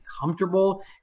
comfortable